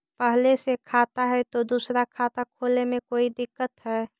पहले से खाता है तो दूसरा खाता खोले में कोई दिक्कत है?